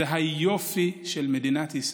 זה היופי של מדינת ישראל,